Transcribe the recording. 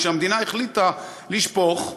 שהמדינה החליטה לשפוך,